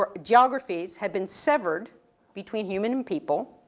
ah geographies had been severed between human and people,